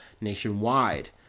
nationwide